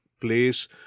place